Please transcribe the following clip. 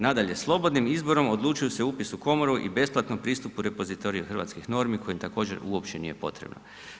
Nadalje, slobodnim izborom odlučuju se upis u komoru i besplatnom pristupu repozitoriju hrvatskih normi koji im također uopće nije potreban.